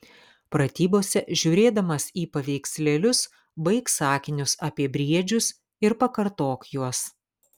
pratybose žiūrėdamas į paveikslėlius baik sakinius apie briedžius ir pakartok juos